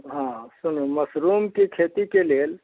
हँ सुनू मशरूमके खेतीके लेल